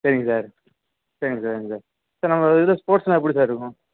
சரிங்க சார் சரிங்க சார் இந்த சார் நம்ம இதில் ஸ்போர்ட்ஸ்ஸெலாம் எப்படி சார் இருக்கும்